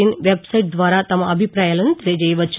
in website ద్వారా తమ అభిప్రాయాలను తెలియచేయవచ్చు